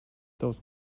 those